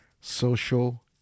social